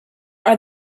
are